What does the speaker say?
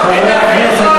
חברי הכנסת,